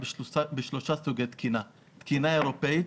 בשלושה סוגי תקינה: תקינה אירופאית,